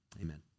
Amen